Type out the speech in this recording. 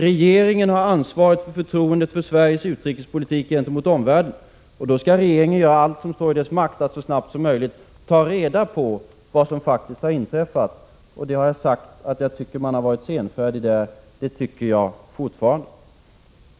Regeringen har ansvaret för förtroendet för Sveriges utrikespolitik gentemot omvärlden. Då skall regeringen göra allt som står i dess makt för att så snabbt som möjligt ta reda på vad som faktiskt har inträffat. Och jag har sagt att jag tycker att regeringen har varit senfärdig i fråga om detta, och det tycker jag fortfarande.